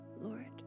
Lord